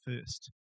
first